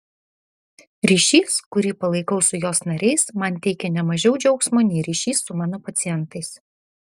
ryšys kurį palaikau su jos nariais man teikia ne mažiau džiaugsmo nei ryšys su mano pacientais